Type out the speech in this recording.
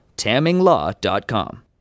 Tamminglaw.com